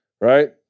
right